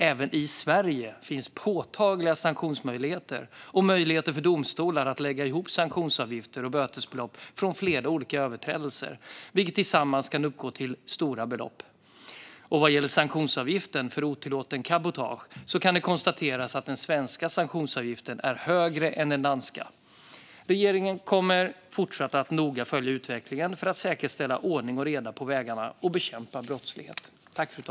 Även i Sverige finns påtagliga sanktionsmöjligheter och möjligheter för domstolar att lägga ihop sanktionsavgifter och bötesbelopp från flera olika överträdelser, vilka tillsammans kan uppgå till stora belopp. Vad gäller sanktionsavgiften för otillåtet cabotage kan det konstateras att den svenska sanktionsavgiften är högre än den danska. Regeringen kommer att fortsätta att noga följa utvecklingen för att säkerställa ordning och reda på vägarna och bekämpa brottslighet.